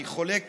אני חולק